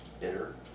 bitter